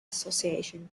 association